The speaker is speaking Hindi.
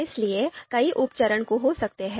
इसलिए कई उप चरण हो सकते हैं